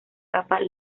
capa